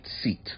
seat